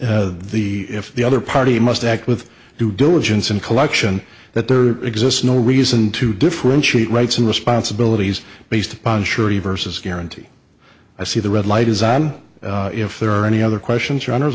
and the if the other party must act with due diligence and collection that there exists no reason to differentiate rights and responsibilities based upon surety versus guarantee i see the red light is on if there are any other questions